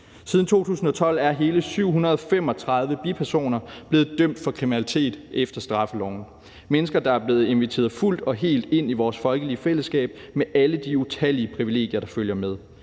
Siden 2012 er hele 735 bipersoner blevet dømt for kriminalitet efter straffeloven. Det er mennesker, der er blevet inviteret fuldt og helt ind i vores folkelige fællesskab med alle de utallige privilegier, der følger med,